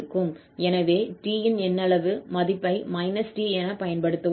எனவே 𝑡 இன் எண்ணளவு மதிப்பை -t எனப் பயன்படுத்துவோம்